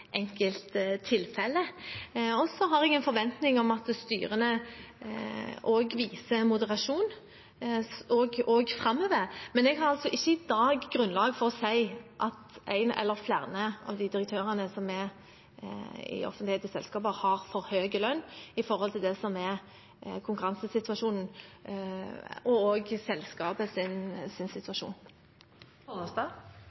og jeg har en forventning om at styrene viser moderasjon også framover. Men jeg har ikke i dag grunnlag for å si at en eller flere av direktørene i offentlig eide selskaper har for høy lønn i forhold til det som er konkurransesituasjonen og